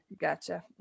gotcha